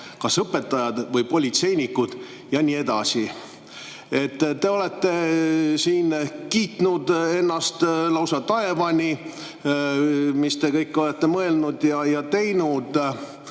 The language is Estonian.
"kas õpetajad või politseinikud" jne." Te olete siin kiitnud ennast lausa taevani, mis te kõik olete mõelnud ja teinud.